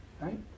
right